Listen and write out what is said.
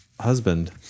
husband